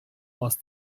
aus